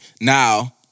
Now